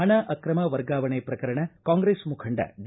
ಹಣ ಆಕ್ರಮ ವರ್ಗಾವಣೆ ಪ್ರಕರಣ ಕಾಂಗ್ರೆಸ್ ಮುಖಂಡ ಡಿ